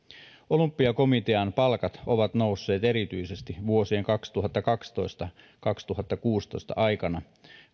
olympiakomitean palkat ovat nousset erityisesti vuosien kaksituhattakaksitoista viiva kaksituhattakuusitoista aikana